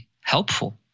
helpful